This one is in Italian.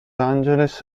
angeles